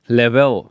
level